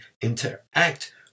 interact